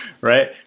right